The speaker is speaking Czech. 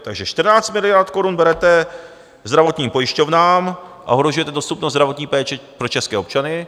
Takže 14 miliard korun berete zdravotním pojišťovnám a ohrožujete dostupnost zdravotní péče pro české občany.